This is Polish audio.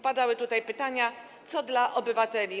Padały tutaj pytania, co dla obywateli.